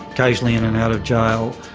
occasionally in and out of jail,